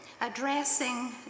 addressing